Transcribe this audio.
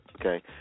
okay